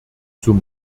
zum